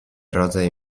rodzaj